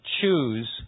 choose